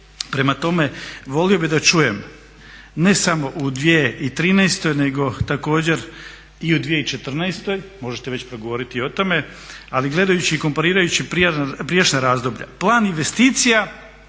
Prema tome, volio bih da čujem ne samo u 2013. nego također i u 2014., možete već progovoriti i o tome, ali gledajući i komparirajući prijašnja razdoblja, plan investicija